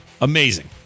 Amazing